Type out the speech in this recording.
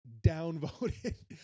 downvoted